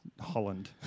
Holland